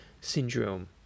syndrome